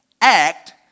act